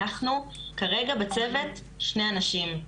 אנחנו כרגע בצוות שני אנשים,